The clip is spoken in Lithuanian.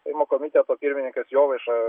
seimo komiteto pirmininkas jovaiša